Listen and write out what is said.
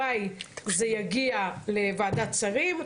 במאי זה יגיע לוועדת שרים,